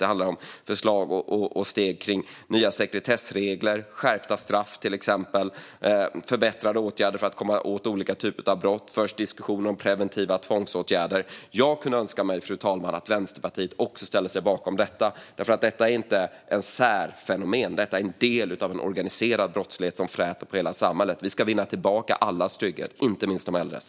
Det handlar om förslag och steg kring nya sekretessregler, skärpta straff och förbättrade åtgärder för att komma åt olika typer av brott. Det förs även diskussioner om preventiva tvångsåtgärder. Jag kunde önska mig, fru talman, att även Vänsterpartiet ställer sig bakom detta. Detta är nämligen inte ett särfenomen utan en del av den organiserade brottslighet som fräter på hela samhället. Vi ska vinna tillbaka allas trygghet, inte minst de äldres.